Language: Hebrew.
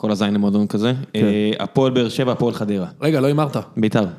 כל הזין עם האדום כזה, הפועל בר שבע, אפול חדירה. רגע, לא אמרת. ביטל.